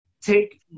Take